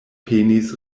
penis